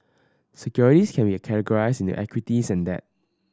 securities can be categorized in the equities and debt